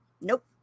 nope